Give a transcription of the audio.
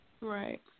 Right